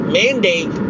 mandate